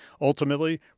Ultimately